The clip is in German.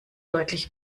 deutlich